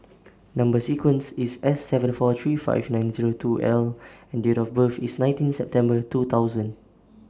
Number sequence IS S seven four three five nine Zero two L and Date of birth IS nineteen September two thousand